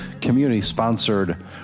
community-sponsored